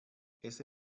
ese